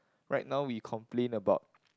right now we complain about